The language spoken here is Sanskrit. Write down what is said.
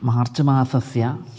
मार्च्मासस्य